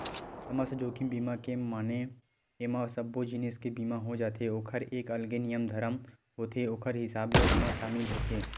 समस्त जोखिम बीमा के माने एमा सब्बो जिनिस के बीमा हो जाथे ओखर एक अलगे नियम धरम होथे ओखर हिसाब ले ओमा सामिल होथे